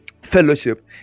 fellowship